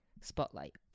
Spotlight